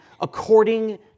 according